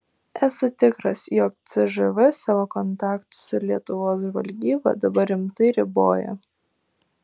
esu tikras jog cžv savo kontaktus su lietuvos žvalgyba dabar rimtai riboja